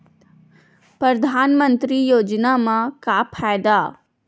परधानमंतरी योजना म का फायदा?